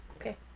Okay